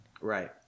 Right